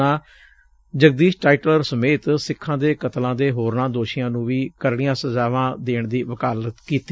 ਉਨ੍ਹਾਂ ਜਗਦੀਸ਼ ਟਾਈਟਲਰ ਸਮੇਤ ਸਿੱਖ ਦੇ ਕਤਲਾਂ ਦੇ ਹੋਰਨਾਂ ਦੋਸ਼ੀਆਂ ਨ੍ਰੰ ਵੀ ਕਰਤੀਆਂ ਸਜ਼ਾਵਾਂ ਦੇਣ ਦੀ ਵਕਾਲਤ ਕੀਤੀ